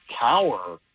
cower